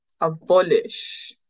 abolish